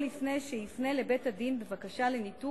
או לפני שיפנה לבית-הדין בבקשה לניתוק